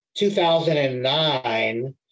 2009